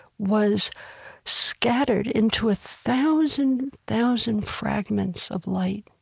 was scattered into a thousand thousand fragments of light.